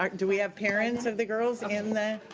um do we have parents of the girls in the?